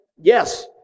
Yes